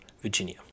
Virginia